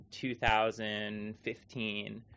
2015